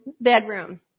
bedroom